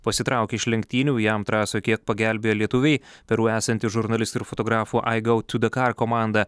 pasitraukė iš lenktynių jam trasoje kiek pagelbėjo lietuviai peru esanti žurnalistų ir fotografų i go to dakar komanda